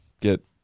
get